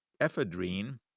ephedrine